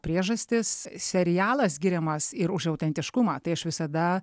priežastis serialas giriamas ir už autentiškumą tai aš visada